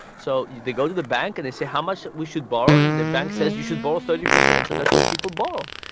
so they go to the bank and they say how much we should borrow and the bank says you should borrow thirty percent. so that's what people borrow.